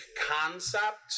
concept